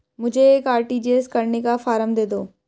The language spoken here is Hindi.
मुझे एक आर.टी.जी.एस करने का फारम दे दो?